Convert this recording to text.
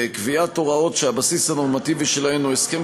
וקביעת הוראות שהבסיס הנורמטיבי שלהן הוא הסכם